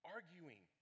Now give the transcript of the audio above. arguing